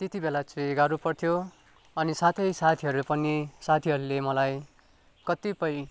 त्यति बेला चाहिँ गाह्रो पर्थ्यो अनि साथै साथीहरू पनि साथीहरूले मलाई कतिपय